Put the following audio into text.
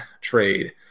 trade